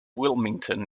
wilmington